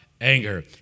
anger